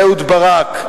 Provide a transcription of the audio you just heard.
אהוד ברק.